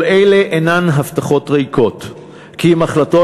כל אלה אינן הבטחות ריקות כי אם החלטות